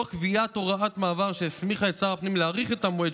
תוך קביעת הוראת מעבר שהסמיכה את שר הפנים להאריך את המועד